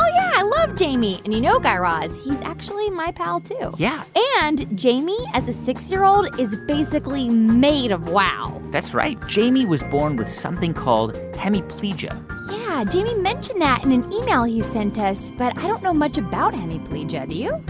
i love jamie. and, you know, guy raz, he's actually my pal, too yeah and jamie as a six year old is basically made of wow that's right. jamie was born with something called hemiplegia yeah. jamie mentioned that in an email he sent us. but i don't know much about hemiplegia. do you?